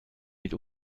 mit